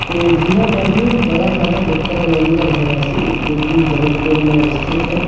तो जी हाँ मैं हूँ गड़ा फाटक गुप्ता कोलोनी का रहेवासी जो कि जबलपुर में स्थित है